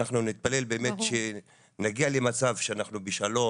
אנחנו נתפלל באמת שנגיע למצב שאנחנו בשלום,